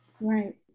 Right